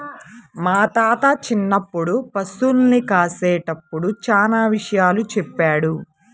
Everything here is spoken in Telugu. మా తాత చిన్నప్పుడు పశుల్ని కాసేటప్పుడు చానా విషయాలు చెప్పాడు